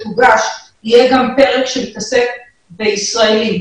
יהיה גם פרק שמתעסק בישראלים.